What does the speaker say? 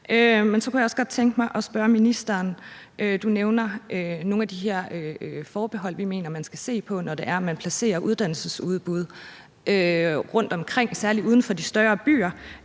til. Så kan jeg også godt tænke mig at spørge ministeren om noget andet. Du nævner nogle af de her forbehold, vi mener man skal se på, når man placerer uddannelsesudbud rundtomkring, særlig uden for de større byer.